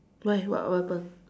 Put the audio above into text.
why what what happened